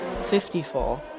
54